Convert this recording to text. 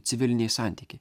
civiliniai santykiai